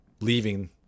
leaving